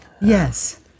yes